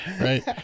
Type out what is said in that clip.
Right